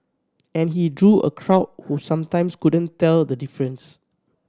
and he drew a crowd who sometimes couldn't tell the difference